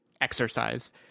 exercise